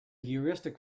heuristic